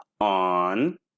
on